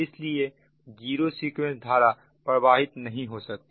इसलिए zero sequence धारा प्रवाहित नहीं हो सकती